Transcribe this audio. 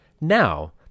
Now